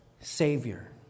savior